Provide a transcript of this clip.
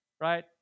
right